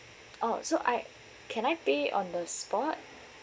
oh so I can I pay on the spot